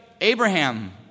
Abraham